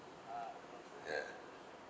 ya